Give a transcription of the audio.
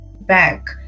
back